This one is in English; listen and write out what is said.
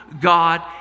God